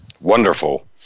wonderful